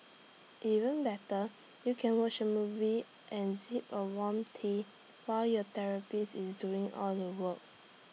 even better you can watch A movie and sip on warm tea while your therapist is doing all the work